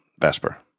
Vesper